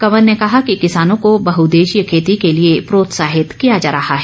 कंवर ने कहा कि किसानों को बहुद्देशीय खेती के लिए प्रोत्साहित किया जा रहा है